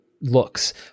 looks